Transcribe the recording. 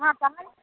हँ पहाड़